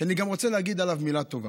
כי אני רוצה גם לומר עליו מילה טובה.